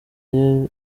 yari